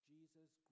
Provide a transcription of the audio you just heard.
Jesus